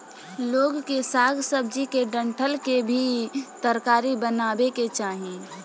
लोग के साग सब्जी के डंठल के भी तरकारी बनावे के चाही